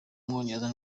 w’umwongereza